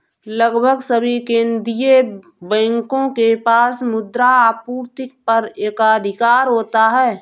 लगभग सभी केंदीय बैंकों के पास मुद्रा आपूर्ति पर एकाधिकार होता है